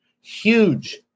Huge